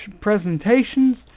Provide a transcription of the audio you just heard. presentations